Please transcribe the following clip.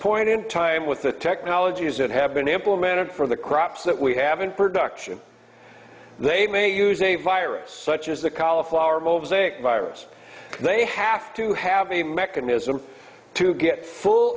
point in time with the technologies that have been implemented for the crops that we haven't production they may use a virus such as the cauliflower moves a virus they have to have a mechanism to get full